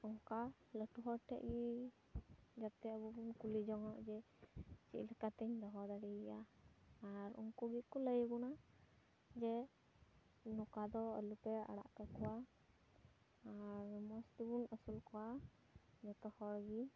ᱚᱱᱠᱟ ᱞᱟᱹᱴᱩ ᱦᱚᱲ ᱴᱷᱮᱱ ᱜᱮ ᱡᱟᱛᱮ ᱟᱵᱚ ᱵᱚᱱ ᱠᱩᱞᱤ ᱡᱚᱝᱼᱚᱜ ᱪᱮᱫ ᱞᱮᱠᱟ ᱛᱮᱧ ᱫᱚᱦᱚ ᱫᱟᱲᱮ ᱟᱭᱟ ᱟᱨ ᱩᱱᱠᱩ ᱜᱮᱠᱚ ᱞᱟᱹᱭᱟᱵᱚᱱᱟ ᱡᱮ ᱱᱚᱠᱟ ᱫᱚ ᱟᱞᱚ ᱯᱮ ᱟᱲᱟᱜ ᱠᱟᱠᱚᱭᱟ ᱟᱨ ᱢᱚᱡᱽ ᱛᱮᱵᱚᱱ ᱟᱹᱥᱩᱞ ᱠᱚᱣᱟ ᱡᱚᱛᱚ ᱦᱚᱲ ᱜᱮ